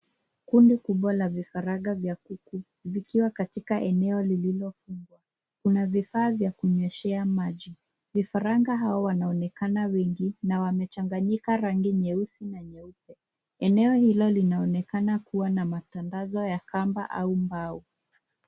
Kundi kubwa la vifaranga vya kuku vikiwa katika eneo lililofungwa. Kuna vifaa vya kunyweshea maji. Vifaranga hao wanaonekana wengi na wamechanganyika rangi nyeusi na nyeupe. Eneo hilo linaonekana kuwa na matandazo ya kamba au mbao.